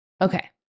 Okay